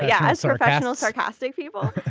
yeah as professional sarcastic people.